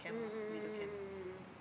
mm mm mm mm mm